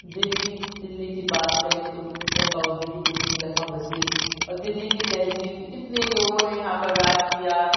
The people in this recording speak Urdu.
دِلی دِلی کی بات کریں تو کتنی دفعہ اُجڑی کتنی دفعہ بسی اور دِلی کی تہذیب کتنے لوگوں نے یہاں پر راج کیا